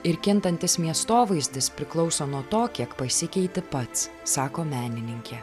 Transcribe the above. ir kintantis miestovaizdis priklauso nuo to kiek pasikeiti pats sako menininkė